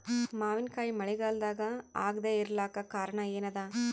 ಮಾವಿನಕಾಯಿ ಮಳಿಗಾಲದಾಗ ಆಗದೆ ಇರಲಾಕ ಕಾರಣ ಏನದ?